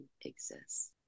exists